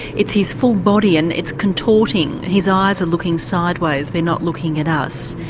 it's his full body and it's contorting, his eyes are looking sideways, they're not looking at us.